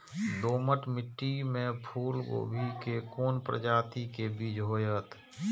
दोमट मिट्टी में फूल गोभी के कोन प्रजाति के बीज होयत?